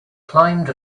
climbed